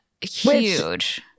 huge